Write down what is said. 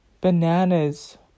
Bananas